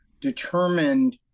determined